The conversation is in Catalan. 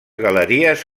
galeries